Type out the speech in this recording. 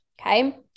Okay